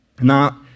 Now